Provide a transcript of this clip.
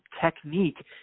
technique